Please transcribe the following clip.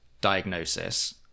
diagnosis